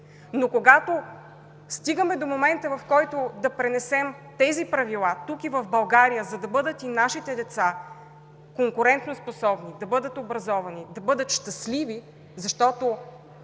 Но, когато стигаме до момента, в който да пренесем тези правила тук, и в България, за да бъдат и нашите деца конкурентоспособни, да бъдат образовани, да бъдат щастливи, защото